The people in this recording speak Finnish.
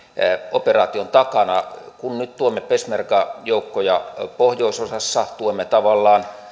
operaation takana nyt tuemme peshmerga joukkoja pohjoisosassa tuemme tavallaan